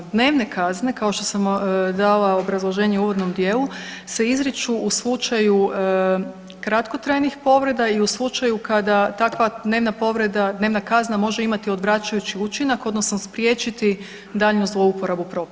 Dnevne kazne kao što sam dala obrazloženje u uvodnom dijelu se izriču u slučaju kratkotrajnih povreda i u slučaju kada takva dnevna povreda, dnevna kazna može imati odvraćajući učinak odnosno spriječiti daljnju zlouporabu propisa.